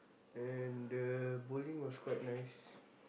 and the bowling was quite nice